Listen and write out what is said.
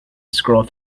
scroll